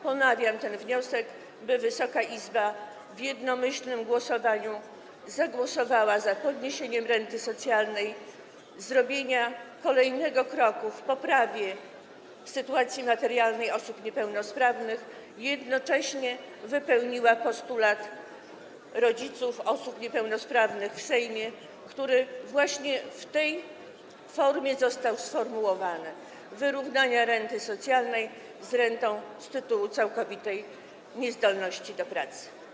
Ponawiam wniosek, by Wysoka Izba w jednomyślnym głosowaniu zagłosowała za podniesieniem renty socjalnej, by zrobiła kolejny krok na drodze do poprawy sytuacji materialnej osób niepełnosprawnych, jednocześnie wypełniła postulat rodziców osób niepełnosprawnych przedstawiony w Sejmie, który właśnie tak został sformułowany: wyrównanie renty socjalnej z rentą z tytułu całkowitej niezdolności do pracy.